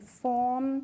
form